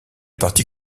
parti